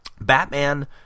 Batman